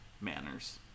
manners